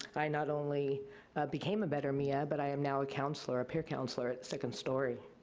i not only became a better mia, but i am now a counselor, a peer counselor at second story.